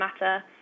matter